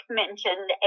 mentioned